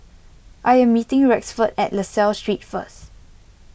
I am meeting Rexford at La Salle Street first